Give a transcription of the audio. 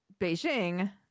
Beijing